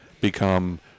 become